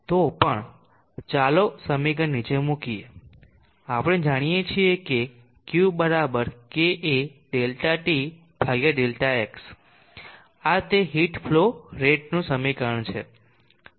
તો પણ ચાલો સમીકરણ નીચે મૂકીએ આપણે જાણીએ છીએ કે Q kA ΔT Δx આ તે હીટ ફ્લો રેટ નું સમીકરણ છે